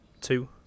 two